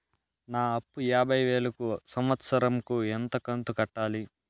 నా అప్పు యాభై వేలు కు సంవత్సరం కు ఎంత కంతు కట్టాలి?